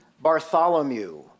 Bartholomew